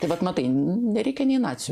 vat matai nereikia nei nacių